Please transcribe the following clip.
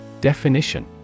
Definition